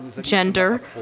gender